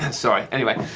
and sorry, anyway,